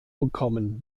bekommen